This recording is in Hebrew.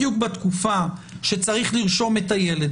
בדיוק בתקופה שצריך לרשום את הילד.